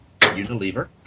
Unilever